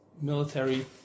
military